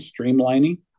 streamlining